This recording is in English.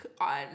on